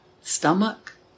Stomach